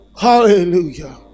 hallelujah